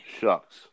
shucks